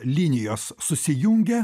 linijos susijungia